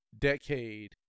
decade